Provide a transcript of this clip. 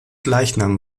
leichnam